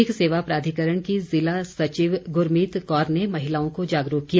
विधिक सेवा प्राधिकरण की जिला सचिव ग्रमीत कौर ने महिलाओं को जागरूक किया